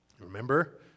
Remember